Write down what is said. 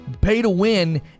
pay-to-win